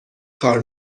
کار